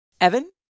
Evan